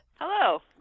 Hello